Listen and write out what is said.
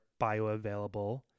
bioavailable